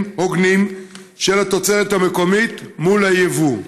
הוגנים של התוצרת המקומית מול היבוא?